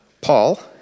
Paul